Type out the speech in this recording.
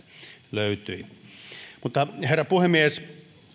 löytyi herra puhemies